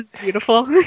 Beautiful